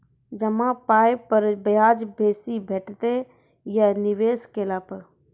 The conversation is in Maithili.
जमा पाय पर ब्याज बेसी भेटतै या निवेश केला पर?